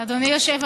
בסדר-היום.